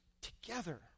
together